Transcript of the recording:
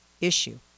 issue